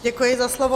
Děkuji za slovo.